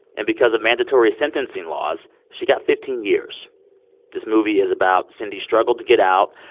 and because of mandatory sentencing laws, she got fifteen years this movie is about cindy's struggle to get out,